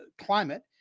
climate